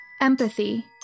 Empathy